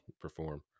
perform